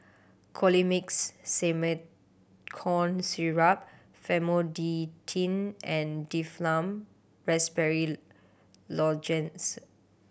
Colimix Simethicone Syrup Famotidine and Difflam Raspberry Lozenges